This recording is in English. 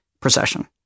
procession